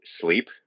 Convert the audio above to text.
sleep